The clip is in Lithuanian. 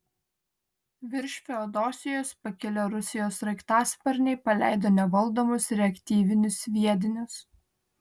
virš feodosijos pakilę rusijos sraigtasparniai paleido nevaldomus reaktyvinius sviedinius